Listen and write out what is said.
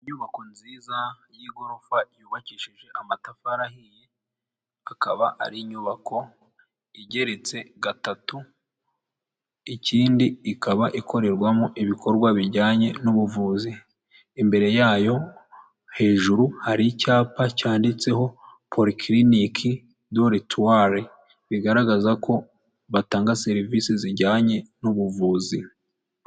Inyubako nziza y'igorofa yubakishije amatafari ahiye, akaba ari inyubako igeretse gatatu, ikindi ikaba ikorerwamo ibikorwa bijyanye n'ubuvuzi, imbere yayo hejuru hari icyapa cyanditseho polikiliniki dore tuware, bigaragaza ko batanga serivisi zijyanye n'ubuvuzi.